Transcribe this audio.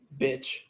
Bitch